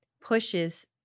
pushes